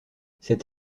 cette